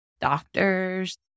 doctors